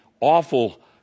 awful